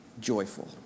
joyful